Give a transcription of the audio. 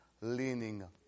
leaning